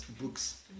books